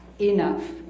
enough